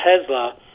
Tesla